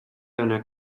dóna